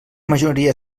majoria